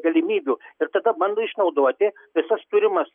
galimybių ir tada bando išnaudoti visas turimas